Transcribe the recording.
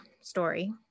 story